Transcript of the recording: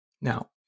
Now